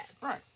Right